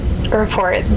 report